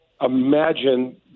imagine